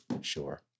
sure